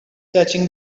catching